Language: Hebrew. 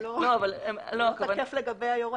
הוא לא תקף לגבי היורש.